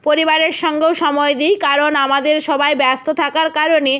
পরিবারের সঙ্গেও সময় দিই কারণ আমাদের সবাই ব্যস্ত থাকার কারণে